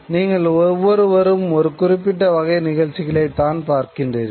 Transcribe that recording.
நீங்கள் ஒவ்வொருவரும் ஒரு குறிப்பிட்ட வகை நிகழ்ச்சிகளை தான் பார்க்கின்றீர்கள்